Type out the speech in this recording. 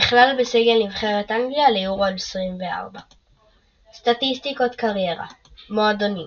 נכלל בסגל נבחרת אנגליה ליורו 2024. סטטיסטיקות קריירה מועדונים